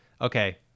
okay